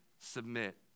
submit